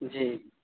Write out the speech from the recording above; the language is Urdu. جی